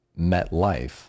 MetLife